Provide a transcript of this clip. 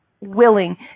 willing